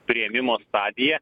priėmimo stadija